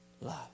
love